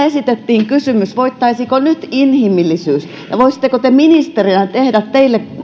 esitettiin kysymys voittaisiko nyt inhimillisyys ja voisitteko te ministerinä tehdä teidän